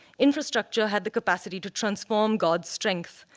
infrastructure had the capacity to transform god's strength,